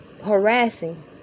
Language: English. Harassing